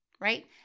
right